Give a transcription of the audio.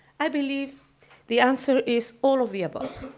i believe the answer is all of the above.